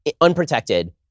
unprotected